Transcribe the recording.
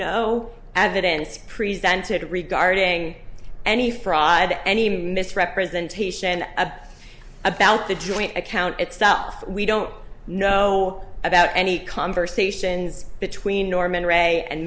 no evidence presented regarding any fraud any misrepresentation of about the joint account at stuff we don't know about any conversations between norman ray and